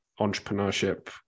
entrepreneurship